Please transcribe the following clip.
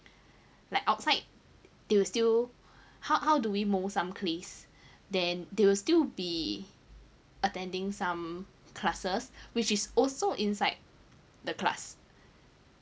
like outside they will still how how do we mold some clays then they will still be attending some classes which is also inside the class